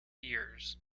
years